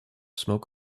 smoke